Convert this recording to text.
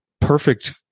perfect